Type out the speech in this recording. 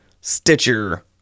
Stitcher